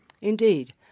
Indeed